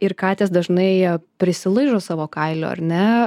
ir katės dažnai prisilaižo savo kailio ar ne